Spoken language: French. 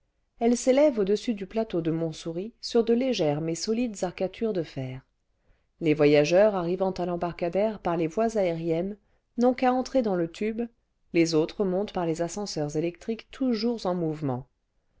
elle s'élève au-dessus du plateau de montsouris sur de légères mais solides arcatures cle fer les voyageurs arrivant à l'embarcadère par les voies aériennes n'ont qu'à entrer dans le tube les antres montent par les ascenseurs électriques toujours en mouvement